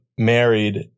married